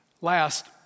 Last